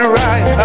right